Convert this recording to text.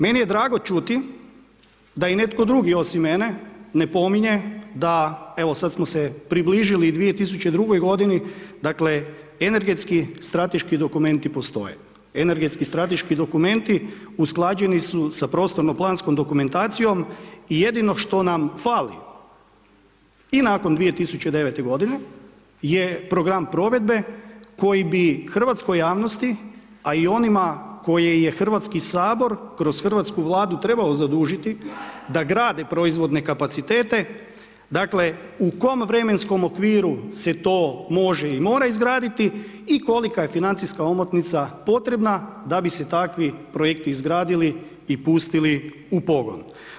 Meni je drago čuti da i netko drugi osim mene ne pominje da evo sada smo se približili 2002. godini, dakle energetski strateški dokumenti postoje, energetski strateški dokumenti usklađeni su sa prostorno planskom dokumentacijom i jedino što nam fali i nakon 2009. godine je program provedbe koji bi hrvatskoj javnosti, a i onima koji je Hrvatski sabor kroz hrvatsku Vladu trebao zadužiti da grade proizvodne kapacitete, dakle u kom vremenskom okviru se može i mora izgraditi i kolika je financijska omotnica potrebna da bi se takvi projekti izgradili i pustili u pogon.